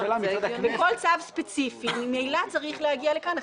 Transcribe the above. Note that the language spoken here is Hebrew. וכל צו ספציפי ממילא צריך להגיע לכאן,